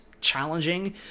challenging